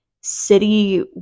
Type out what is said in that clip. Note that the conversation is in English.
city